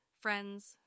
friends